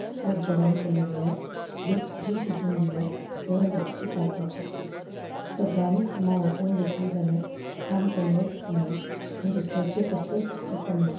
हांवें जेवण केलें जाल्यार थोडी भाजी शिजून दिल्यार जेवण रोकडेंच जावपाक शकता सगल्यांनी कामां वांटून घेतलीं जाल्यार काम केल्लेंच कळना आनी दुसऱ्याचेर कसलोच भार पडना